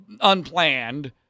unplanned